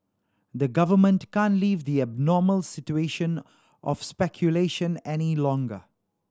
the government can't leave the abnormal situation of speculation any longer